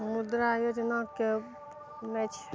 मुद्रा योजनाके नहि छै